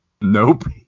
Nope